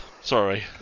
Sorry